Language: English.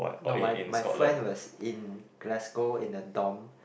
no my my friend was in glasgow in the dorm